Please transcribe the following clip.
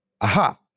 aha